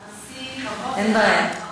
הנשיא, אין בעיה.